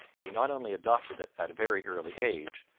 and he not only adopted it at a very early age,